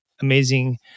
amazing